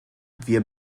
wir